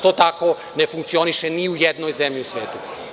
To tako ne funkcioniše ni u jednoj zemlji u svetu.